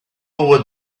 over